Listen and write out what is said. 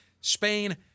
Spain